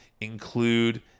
include